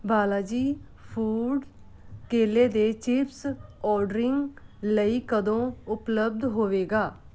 Balaji foods ਕੇਲੇ ਦੇ chips ordering ਲਈ ਕਦੋਂ ਉਪਲੱਬਧ ਹੋਵੇਗਾ